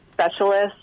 specialist